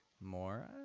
More